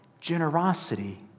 generosity